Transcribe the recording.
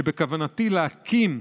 שבכוונתי להקים,